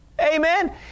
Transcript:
Amen